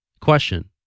Question